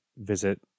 visit